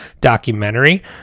documentary